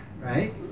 right